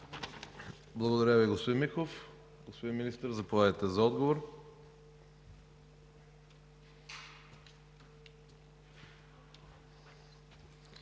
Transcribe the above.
Благодаря Ви, господин Михов. Господин Министър, заповядайте за отговор.